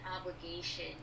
obligation